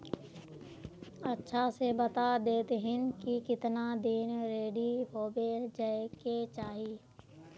अच्छा से बता देतहिन की कीतना दिन रेडी होबे जाय के चही?